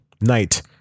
Knight